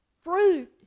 Fruit